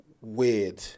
weird